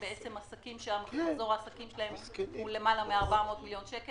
עסקים שמחזור העסקים שלהם הוא למעלה מ-400 מיליון שקל.